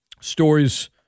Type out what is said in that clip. stories